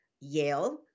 yale